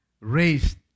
raised